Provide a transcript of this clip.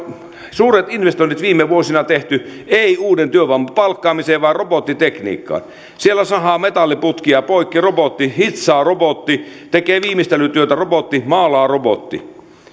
suuret investoinnit viime vuosina tehty ei uuden työvoiman palkkaamiseen vaan robottitekniikkaan siellä sahaa metalliputkia poikki robotti hitsaa robotti tekee viimeistelytyötä robotti maalaa robotti